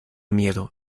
miedo